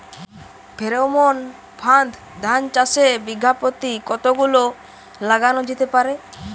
Pheromone ফাঁদ ধান চাষে বিঘা পতি কতগুলো লাগানো যেতে পারে?